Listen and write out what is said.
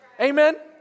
Amen